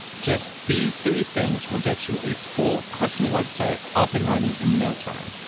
just these three things will get you a full custom website up and running in no time.